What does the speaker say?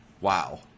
wow